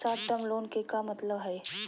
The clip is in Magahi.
शार्ट टर्म लोन के का मतलब हई?